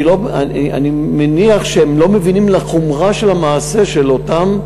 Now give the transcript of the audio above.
אני מניח שהם לא מבינים את חומרת המעשה של אותם,